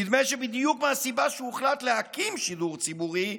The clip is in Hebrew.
נדמה שבדיוק מהסיבה שהוחלט להקים שידור ציבורי,